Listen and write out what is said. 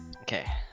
okay